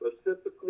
specifically